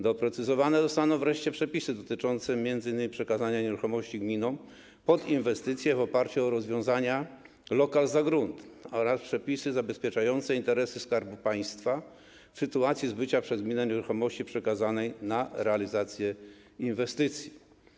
Doprecyzowane zostaną wreszcie przepisy dotyczące m.in. przekazania nieruchomości gminom pod inwestycje w oparciu o rozwiązania: lokal za grunt oraz przepisy zabezpieczające interesy Skarbu Państwa w sytuacji zbycia przez gminę nieruchomości przekazanej na realizację inwestycji.